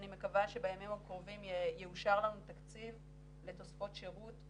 אני מקווה שבימים הקרובים יאושר לנו תקציב לתוספות שירות,